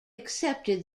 accepted